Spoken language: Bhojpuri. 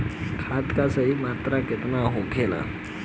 खाद्य के सही मात्रा केतना होखेला?